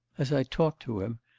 as i talked to him,